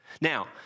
Now